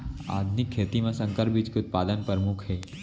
आधुनिक खेती मा संकर बीज के उत्पादन परमुख हे